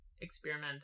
experiment